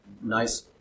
nice